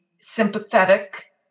sympathetic